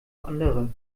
andere